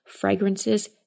fragrances